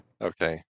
Okay